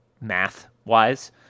math-wise